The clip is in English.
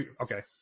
okay